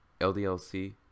LDLC